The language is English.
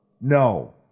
No